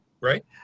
right